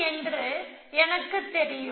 ஆனால் அடிப்படையில் அவை தேடலுக்கு வழி வகுக்கிறது